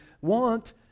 want